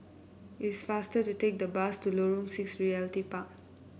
it is faster to take the bus to Lorong Six Realty Park